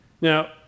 Now